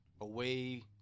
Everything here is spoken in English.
away